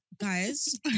Guys